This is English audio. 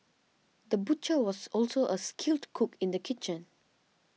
the butcher was also a skilled cook in the kitchen